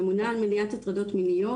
הממונה על מניעת הטרדות מיניות?